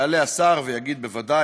יעלה השר ויגיד: בוודאי,